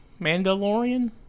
Mandalorian